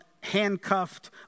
handcuffed